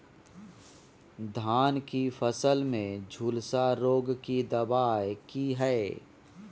धान की फसल में झुलसा रोग की दबाय की हय?